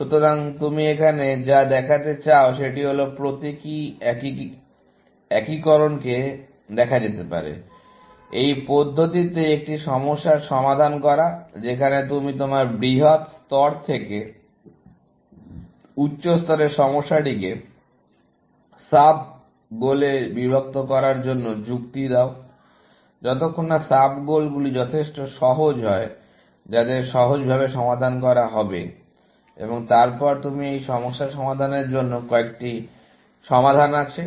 সুতরাং তুমি এখানে যা দেখাতে চাও সেটি হল প্রতীকী একীকরণকে দেখা যেতে পারে এই পদ্ধতিতে একটি সমস্যার সমাধান করা যেখানে তুমি তোমার বৃহৎ স্তর থেকে উচ্চ স্তরের সমস্যাটিকে সাব গোলে বিভক্ত করার জন্য যুক্তি দাও যতক্ষণ না সাব গোল গুলি যথেষ্ট সহজ হয় যাদের সহজভাবে সমাধান করা হবে এবং তারপর তুমি এই সমস্যা সমাধানের জন্য একটি সমাধান আছে